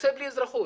יוצא בלי אזרחות.